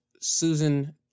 Susan